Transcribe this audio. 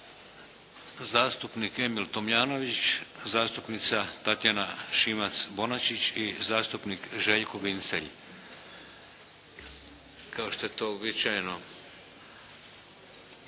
Zastupnik Emil Tomljanović, zastupnica Tatjana Šimac- Bonačić i zastupnik Željko Vincelj. Kao što je to uobičajeno,